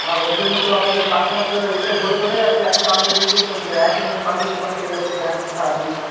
হ্যাঁ ওই জন্যে তো আমাদের কাস্টমার তো এসে ঘুরে চলে যাচ্ছে এত দাম দেখে কে কিনবে একই জিনিস পাশের দোকানে পেয়ে যাচ্ছে প্যান্ট শাড়ি